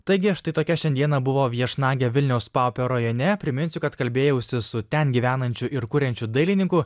taigi štai tokia šiandieną buvo viešnagė vilniaus paupio rajone priminsiu kad kalbėjausi su ten gyvenančiu ir kuriančiu dailininku